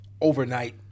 overnight